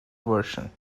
version